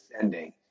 ending